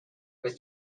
was